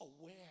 aware